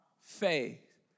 faith